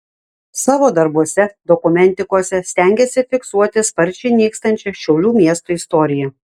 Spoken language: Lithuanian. savo darbuose dokumentikose stengiasi fiksuoti sparčiai nykstančią šiaulių miesto istoriją